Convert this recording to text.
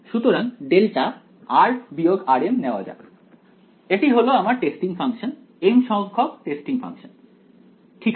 সুতরাং δ নেওয়া যাক এটি হলো আমার টেস্টিং ফাংশন m সংখ্যক টেস্টিং ফাংশন ঠিক আছে